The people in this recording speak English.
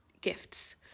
Gifts